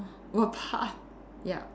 what part ya